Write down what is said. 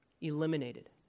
eliminated